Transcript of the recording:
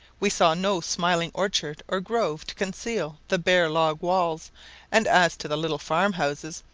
we saw no smiling orchard or grove to conceal the bare log walls and as to the little farm-houses,